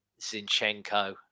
Zinchenko